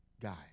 Guy